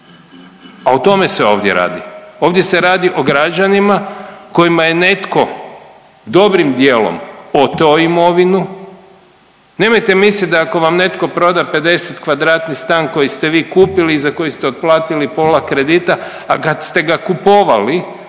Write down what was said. a o tome se ovdje radi. Ovdje se radi o građanima kojima je netko dobrim dijelom oteo imovinu. Nemojte misliti da ako vam netko proda 50-kvadratni stan koji ste vi kupili i za koji ste otplatili pola kredita, a kad ste ga kupovali